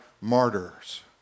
martyrs